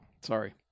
Sorry